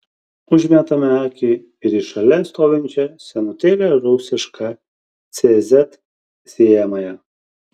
užmetame akį ir į šalia stovinčią senutėlę rusišką cz sėjamąją